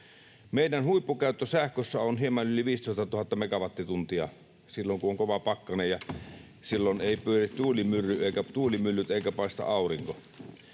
Meidän huippukäyttö sähkössä on hieman yli 15 000 megawattituntia silloin, kun on kova pakkanen — silloin eivät pyöri tuulimyllyt eikä paista aurinko.